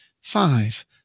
five